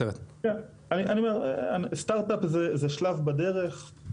סטארט-אפ זה שלב בדרך.